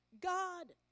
God